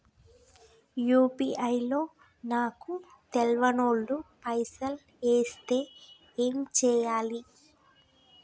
UPI లో నాకు తెల్వనోళ్లు పైసల్ ఎస్తే ఏం చేయాలి?